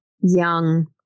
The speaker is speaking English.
young